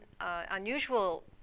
unusual